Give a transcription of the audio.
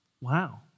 Wow